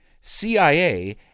CIA